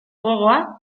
gogoa